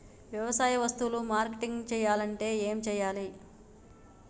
వ్యవసాయ వస్తువులు మార్కెటింగ్ చెయ్యాలంటే ఏం చెయ్యాలే?